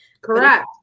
correct